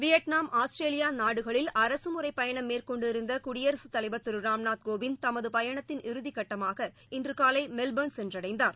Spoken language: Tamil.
வியட்நாம் ஆஸ்திரேலியாநாடுகளில் அரசுமுறைப்பயணம் மேற்கொண்டிருந்தகுடியரசுத் தலைவர் திருராம்நாத் கோவிந்த் தமதுபயணத்தின் இறுதிக் கட்டமாக இன்றுகாலைமெல்போர்ன் நகரம் சென்றடைந்தார்